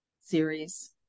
series